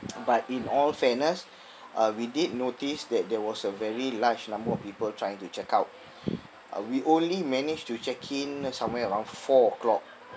but in all fairness uh we did notice that there was a very large number of people trying to check out uh we only managed to check in somewhere around four o'clock